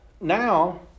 now